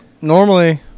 normally